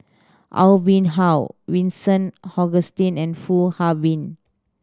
Aw Boon Haw Vincent Hoisington and Foo Ah Bee